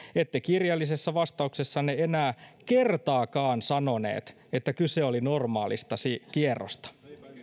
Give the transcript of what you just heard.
ette kirjallisessa vastauksessanne enää kertaakaan sanonut että kyse oli normaalista kierrosta